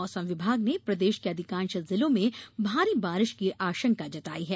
मौसम विभाग ने प्रदेश के अधिकांश जिलों में भारी बारिश की आशंका जताई है